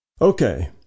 okay